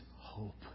hope